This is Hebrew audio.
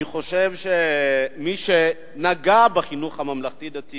אני חושב שמי שנגע בחינוך הממלכתי-דתי